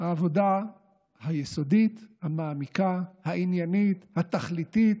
העבודה היסודית, המעמיקה, העניינית התכליתית.